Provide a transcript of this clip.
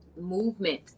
movement